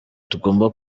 tugomba